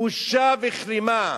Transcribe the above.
בושה וכלימה.